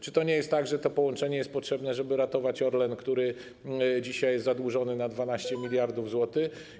Czy to nie jest tak, że to połączenie jest potrzebne, żeby ratować Orlen, który dzisiaj jest zadłużony na 12 mld zł?